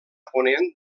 ponent